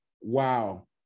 Wow